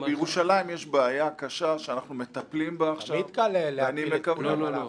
בירושלים יש בעיה קשה שאנחנו מטפלים בה עכשיו ואני מקווה --- אנחנו